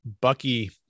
Bucky